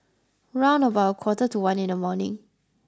round about a quarter to one in the morning